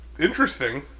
Interesting